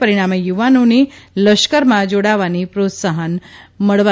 પરિણામે યુવાનોની લશ્કરમાં જોડાવા પ્રોત્સાહન મળશે